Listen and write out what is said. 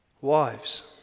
Wives